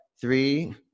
three